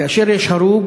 כאשר יש הרוג